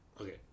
Okay